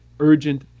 Urgent